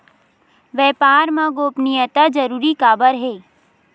व्यापार मा गोपनीयता जरूरी काबर हे?